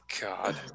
God